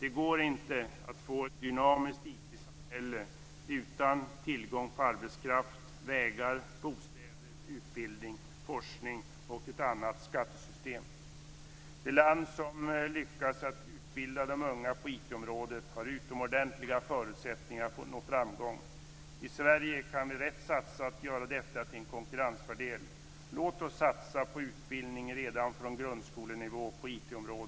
Det går inte att få ett dynamiskt IT-samhälle utan tillgång till arbetskraft, vägar, bostäder, utbildning, forskning och ett annat skattesystem. Det land som lyckas att utbilda de unga på IT området har utomordentliga förutsättningar att nå framgång. I Sverige kan vi göra detta till en konkurrensfördel genom att satsa rätt. Låt oss satsa på utbildning på IT-området redan från grundskolenivå!